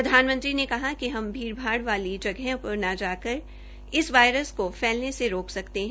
प्रधानमंत्री ने कहा कि हम भीड़ भाड़ वाली जगहों पर न जाकर इस वायरस को फैलने से रोक सकते है